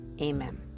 amen